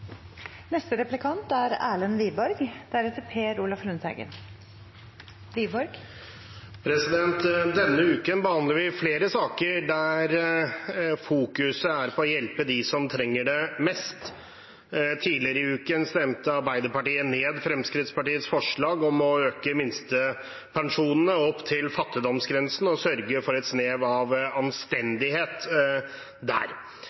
Denne uken behandler vi flere saker der fokuset er på å hjelpe dem som trenger det mest. Tidligere i uken stemte Arbeiderpartiet ned Fremskrittspartiets forslag om å øke minstepensjonene opp til fattigdomsgrensen og sørge for et snev av anstendighet der.